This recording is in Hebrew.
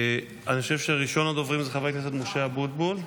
חושב שראשון הדוברים הוא חבר הכנסת משה אבוטבול,